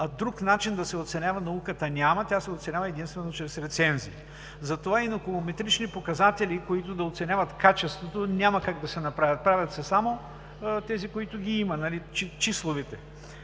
– друг начин да се оценява науката няма. Тя се оценява единствено чрез рецензии. Затова и наукометричните показатели, които да оценяват качеството, няма как да се направят. Правят се само тези, които ги има – числовите.